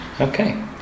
okay